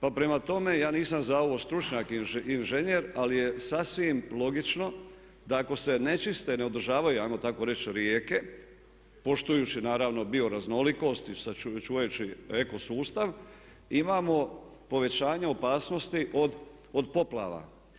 Prema tome, ja nisam za ovo stručnjak inženjer ali je sasvim logično da ako se ne čiste, ne održavaju ajmo tako reći rijeke, poštujući naravno bioraznolikost i čuvajući eko sustav imamo povećanje opasnosti od poplava.